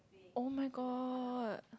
oh-my-god